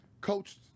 coached